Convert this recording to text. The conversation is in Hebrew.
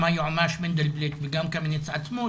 גם היועמ"ש מנדלבליט וגם קמיניץ עצמו,